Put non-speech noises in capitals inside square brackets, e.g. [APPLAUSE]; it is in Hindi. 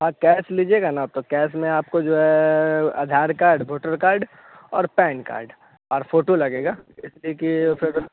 हाँ कैश लीजिएगा ना तो आपको कैश में आपको जो है आधार कार्ड वोटर कार्ड और पैन कार्ड और फोटो लगेगा एक [UNINTELLIGIBLE]